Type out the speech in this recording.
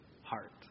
heart